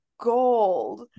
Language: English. gold